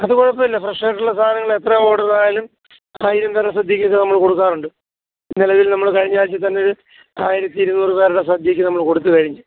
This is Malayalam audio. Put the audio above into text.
അത് കുഴപ്പമില്ല ഫ്രഷായിട്ടുള്ള സാധനങ്ങൾ അത്രയും കൂടുതൽ ആയാലും ആയിരം പേരുടെ സദ്യക്കൊക്ക നമ്മൾ കൊടുക്കാറുണ്ട് നിലവിൽ നമ്മൾ കഴിഞ്ഞ ആഴ്ച്ച തന്ന ഒരു ആയിരത്തി ഇരുനൂറ് പേരുടെ സദ്യയ്ക്ക് നമ്മൾ കൊടുത്തു കഴിഞ്ഞു